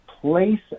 place